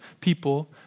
people